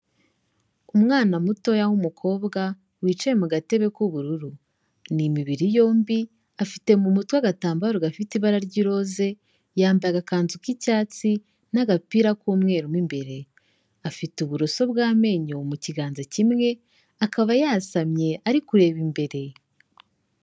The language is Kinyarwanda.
Umwana mutoya w'umukobwa wicaye mu gatebe k'ubururu, ni imibiri yombi, afite mu mutwe agatambaro gafite ibara ry'iroza, yambaye agakanzu k'icyatsi n'agapira k'umweru mo imbere, afite uburoso bw'amenyo mu kiganza kimwe, akaba yasamye ari kureba imbere.